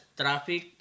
traffic